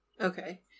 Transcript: Okay